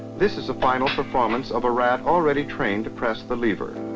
this is a final performance of a rat already trained to press the lever.